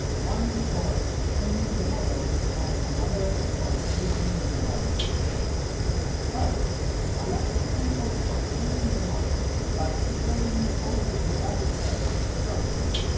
one for training the model and another for predicting new values first i add the controls for training the model by iterating over the value pairs properties